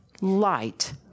light